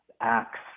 acts